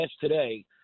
today